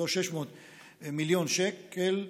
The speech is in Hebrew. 3.6 מיליון שקל.